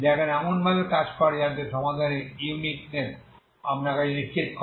যা এখানে এমনভাবে কাজ করে যাতে সমাধানের ইউনিকনেস আপনার কাছে নিশ্চিত করে